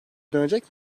dönecek